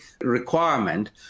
requirement